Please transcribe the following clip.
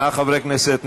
38 חברי כנסת,